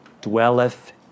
dwelleth